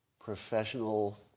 professional